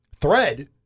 thread